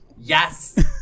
Yes